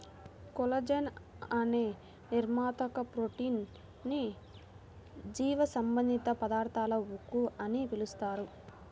collagen అనే నిర్మాణాత్మక protein ని జీవసంబంధ పదార్థాల ఉక్కు అని పిలుస్తారు